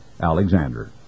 Alexander